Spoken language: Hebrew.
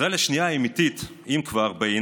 ישראל השנייה האמיתית היא אם כבר, בעיניי,